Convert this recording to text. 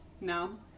no